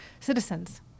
citizens